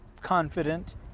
confident